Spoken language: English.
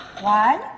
one